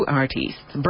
artists